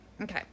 Okay